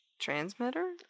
transmitter